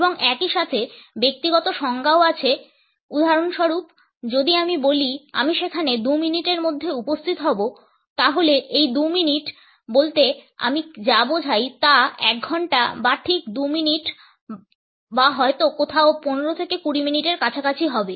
এবং একই সাথে ব্যক্তিগত সংজ্ঞাও আছে উদাহরণস্বরূপ যদি আমি বলি আমি সেখানে 2 মিনিটের মধ্যে উপস্থিত হব তাহলে এই 2 মিনিট বলতে আমি যা বোঝাই তা 1 ঘন্টা বা ঠিক 2 মিনিট বা হয়ত কোথাও 15 থেকে 20 মিনিটের কাছাকাছি হবে